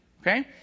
okay